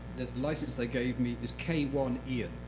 the license they gave me is k one ian.